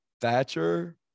Thatcher